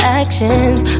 actions